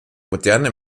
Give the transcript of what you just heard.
modernen